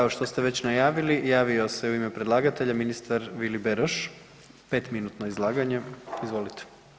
Kao što ste već najavili, javio se u ime predlagatelja ministar Vili Beroš, 5-minutno izlaganje, izvolite.